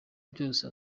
byose